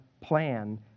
plan